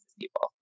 people